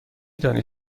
دانی